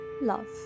Love